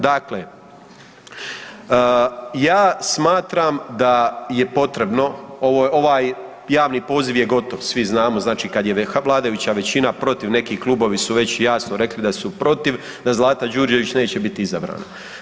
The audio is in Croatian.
Dakle, ja smatram da je potrebno, ovaj javni poziv, svi znamo, znači kad je vladajuća većina protiv, neki klubovi su već jasno rekli da su protiv, da Zlata Đurđević neće biti izabrana.